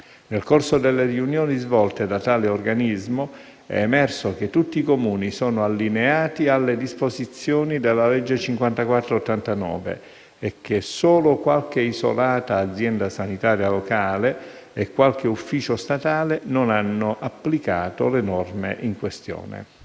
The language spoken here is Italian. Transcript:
Nel corso delle riunioni svolte da tale organismo, è emerso che tutti i Comuni sono allineati alle disposizioni della legge n. 54 del 1989 e che solo qualche isolata azienda sanitaria locale e qualche ufficio statale non hanno applicato le norme in questione.